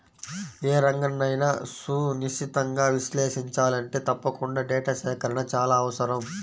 ఏ రంగన్నైనా సునిశితంగా విశ్లేషించాలంటే తప్పకుండా డేటా సేకరణ చాలా అవసరం